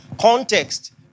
Context